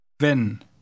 Wenn